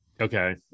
Okay